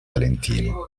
valentino